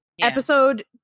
Episode